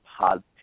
positive